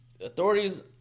authorities